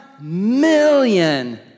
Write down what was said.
million